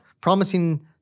promising